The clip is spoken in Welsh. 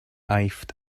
aifft